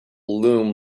loom